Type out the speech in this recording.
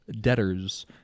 debtors